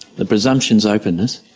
the presumption's openness,